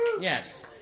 Yes